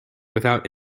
without